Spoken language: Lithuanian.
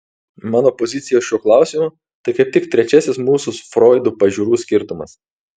mano pozicija šiuo klausimu tai kaip tik trečiasis mūsų su froidu pažiūrų skirtumas